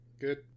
Good